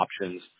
options